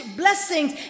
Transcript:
blessings